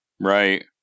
Right